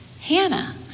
Hannah